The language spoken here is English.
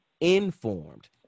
informed